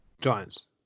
Giants